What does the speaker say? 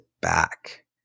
back